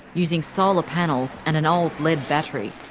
using solar panels and an old lead battery.